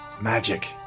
magic